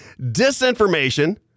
disinformation